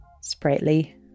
Sprightly